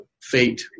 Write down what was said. fate